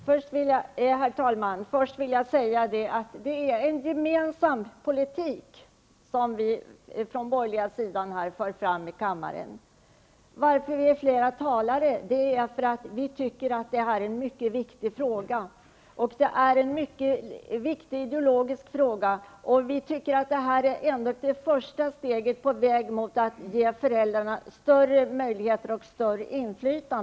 Herr talman! Vi borgerliga för fram en gemensam politik i kammaren. Vi är flera talare i dag eftersom vi tycker att detta är en viktig fråga. Det här är en mycket viktig ideologisk fråga. Vi tycker att detta ändå är det första steget på väg mot att ge föräldrarna större möjligheter och inflytande.